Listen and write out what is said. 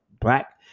black